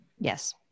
Yes